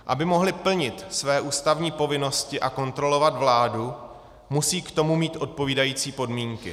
Aby mohli plnit své ústavní povinnosti a kontrolovat vládu, musejí k tomu mít odpovídající podmínky.